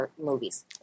movies